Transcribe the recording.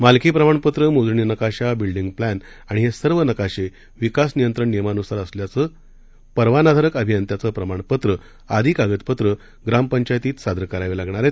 मालकी प्रमाणपत्र मोजणी नकाशा बिल्डींग प्ल आणि हे सर्व नकाशे विकास नियंत्रण नियमांनुसार असल्याचं परवानाधारक अभियंत्याचं प्रमाणपत्र आदी कागदपत्रं ग्रामपंचायतीत फक्त सादर करावी लागणार आहे